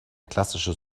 klassische